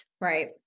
Right